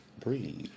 breathe